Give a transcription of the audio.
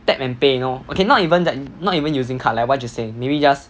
tap and pay you know okay not even not even using card like what you say maybe just